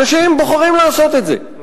אנשים בוחרים לעשות את זה,